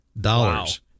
dollars